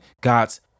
God's